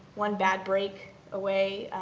one bad break away.